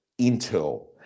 intel